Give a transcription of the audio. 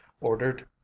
ordered